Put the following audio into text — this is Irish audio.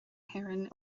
héireann